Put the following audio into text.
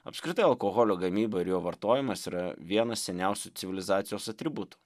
apskritai alkoholio gamyba ir jo vartojimas yra vienas seniausių civilizacijos atributų